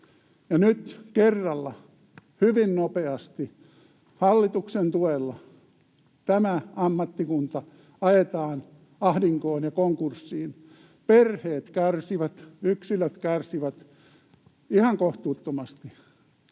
Nyt kerralla, hyvin nopeasti, hallituksen tuella tämä ammattikunta ajetaan ahdinkoon ja konkurssiin. Perheet kärsivät, yksilöt kärsivät ihan kohtuuttomasti.